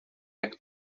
jak